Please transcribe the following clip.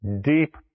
deep